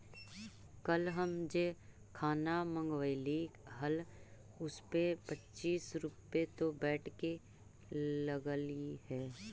कल हम जे खाना मँगवइली हल उसपे पच्चीस रुपए तो वैट के लगलइ हल